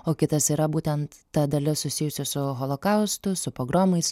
o kitas yra būtent ta dalis susijusi su holokaustu su pogromais